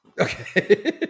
Okay